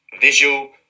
visual